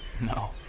No